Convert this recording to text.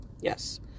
Yes